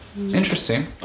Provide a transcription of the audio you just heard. Interesting